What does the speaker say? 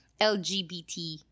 LGBT